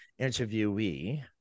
interviewee